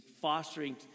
fostering